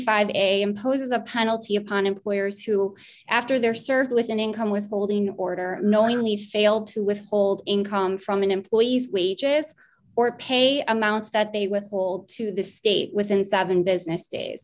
am poses a penalty upon employers who after their served with an income withholding order knowingly fail to withhold income from an employee's wages or pay amounts that they withhold to the state within seven business days